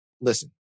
listen